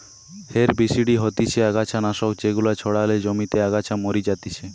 herbicide হতিছে অগাছা নাশক যেগুলা ছড়ালে জমিতে আগাছা মরি যাতিছে